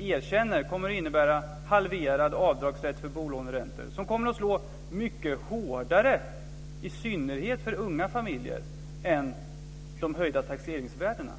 erkänner kommer att innebära halverad avdragsrätt för bolåneräntor, vilket kommer att slå mycket hårdare mot i synnerhet unga familjer än de höjda taxeringsvärdena.